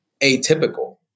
atypical